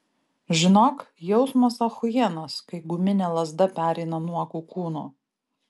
žinok jausmas achujienas kai guminė lazda pereina nuogu kūnu